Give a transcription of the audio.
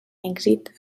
èxit